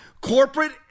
Corporate